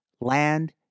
land